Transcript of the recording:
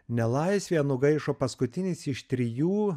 nelaisvėje nugaišo paskutinis iš trijų